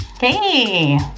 Hey